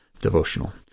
devotional